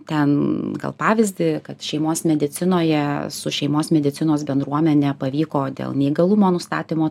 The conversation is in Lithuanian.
ten gal pavyzdį kad šeimos medicinoje su šeimos medicinos bendruomene pavyko dėl neįgalumo nustatymo